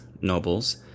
nobles